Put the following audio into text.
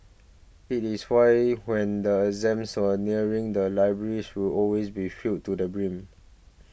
it is why when the exams are nearing the libraries will always be filled to the brim